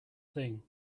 thing